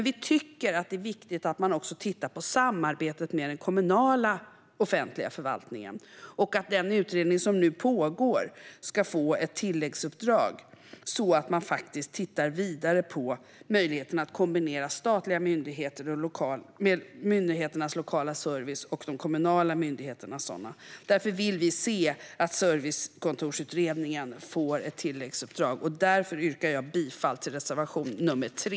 Vi tycker dock att det är viktigt att man också tittar på samarbetet med den kommunala offentliga förvaltningen och att den utredning som nu pågår ska få ett tilläggsuppdrag. På så vis kan man titta vidare på möjligheterna att kombinera statliga myndigheters lokala service med de kommunala myndigheternas service. Vi vill att Servicekontorsutredningen ska få ett tilläggsuppdrag. Jag yrkar därför bifall till reservation nr 3.